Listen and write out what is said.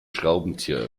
schraubenzieher